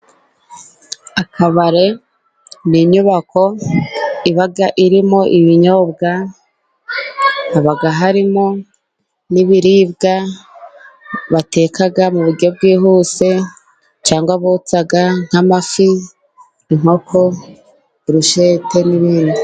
Akabari ni inyubako iba irimo ibinyobwa. Haba harimo n'ibiribwa bateka mu buryo bwihuse cyangwa botsa, nk'amafi, inkoko, burushete n'ibindi.